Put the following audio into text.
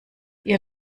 ihr